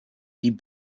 die